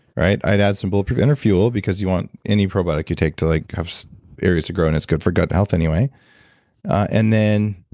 right? i'd add some bulletproof inner fuel. because you want any probiotic you take to like have so area to grow and it's good for gut health anyway and then,